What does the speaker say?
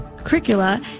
curricula